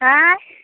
आएँ